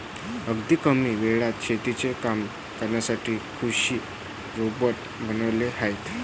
अगदी कमी वेळात शेतीची कामे करण्यासाठी कृषी रोबोट बनवले आहेत